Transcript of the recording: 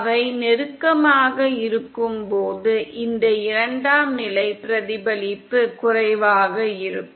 அவை நெருக்கமாக இருக்கும்போது இந்த இரண்டாம் நிலை பிரதிபலிப்பு குறைவாக இருக்கும்